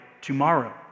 tomorrow